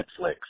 Netflix